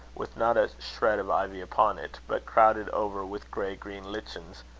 with not a shred of ivy upon it, but crowded over with grey-green lichens,